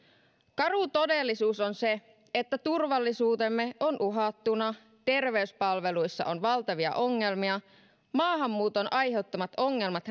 karu todellisuus on se että turvallisuutemme on uhattuna terveyspalveluissa on valtavia ongelmia maahanmuuton aiheuttamat ongelmat